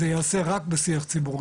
זה ייעשה רק בשיח ציבורי.